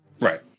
Right